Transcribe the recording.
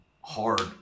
hard